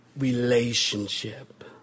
relationship